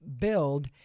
build